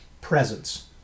presence